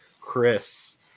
Chris